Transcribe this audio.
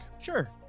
sure